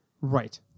Right